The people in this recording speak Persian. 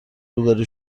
روبرو